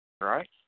Right